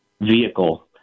vehicle